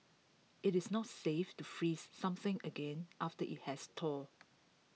IT is not safe to freeze something again after IT has thawed